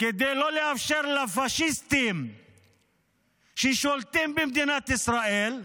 כדי לא לאפשר לפשיסטים ששולטים במדינת ישראל,